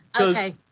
Okay